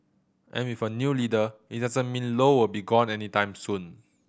and with a new leader it doesn't mean Low will be gone anytime soon